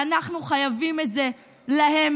ואנחנו חייבים להם